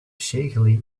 shakily